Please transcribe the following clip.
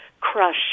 crush